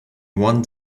want